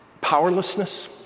powerlessness